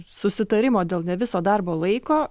susitarimo dėl ne viso darbo laiko